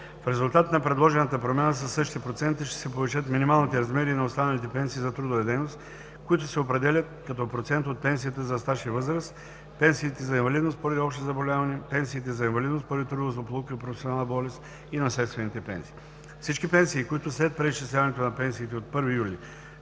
В резултат от предложената промяна със същите проценти ще се повишат минималните размери и на останалите пенсии за трудова дейност, които се определят в процент от пенсията за осигурителен стаж и възраст: пенсиите за инвалидност поради общо заболяване, пенсиите за инвалидност поради трудова злополука и професионална болест и наследствените пенсии. Всички пенсии, които след преизчисляването на пенсиите от 1 юли